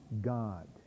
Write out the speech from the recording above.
God